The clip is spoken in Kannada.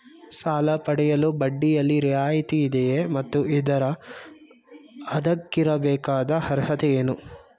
ಸಾಲ ಪಡೆಯಲು ಬಡ್ಡಿಯಲ್ಲಿ ರಿಯಾಯಿತಿ ಇದೆಯೇ ಮತ್ತು ಇದ್ದರೆ ಅದಕ್ಕಿರಬೇಕಾದ ಅರ್ಹತೆ ಏನು?